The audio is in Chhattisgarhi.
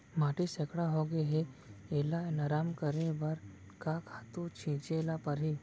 माटी सैकड़ा होगे है एला नरम करे बर का खातू छिंचे ल परहि?